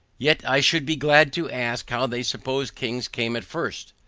yet i should be glad to ask how they suppose kings came at first?